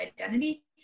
identity